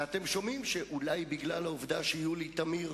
ואתם שומעים שאולי בגלל העובדה שיולי תמיר